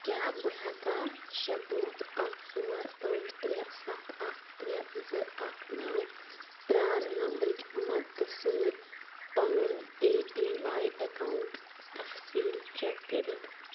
کیٛاہ بہٕ ہیٚکا شیٚے پانژھ اکھ ژور ٲٹھ ترٛےٚ سَتھ اکھ ترٛےٚ زٕ اکھ نو پران نمبر کہِ مدد سۭتۍ پنُن اے پی واے اکاؤنٹ تفصیٖل چیک کٔرِتھ؟